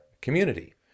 community